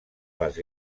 les